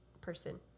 person